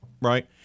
Right